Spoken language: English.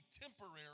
temporary